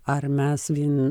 ar mes vien